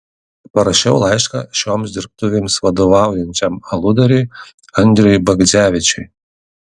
parašiau laišką šioms dirbtuvėms vadovaujančiam aludariui andriui bagdzevičiui